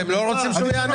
אתם לא רוצים שהוא יענה?